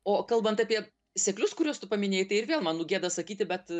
o kalbant apie seklius kuriuos tu paminėjai tai ir vėl man nu gėda sakyti bet